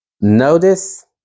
Notice